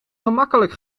gemakkelijk